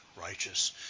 righteous